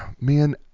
man